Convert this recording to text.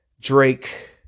Drake